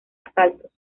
asaltos